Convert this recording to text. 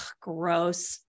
gross